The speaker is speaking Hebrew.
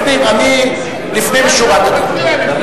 לפנים משורת הדין,